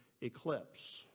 eclipse